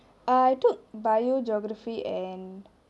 err I took biology geography and